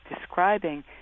describing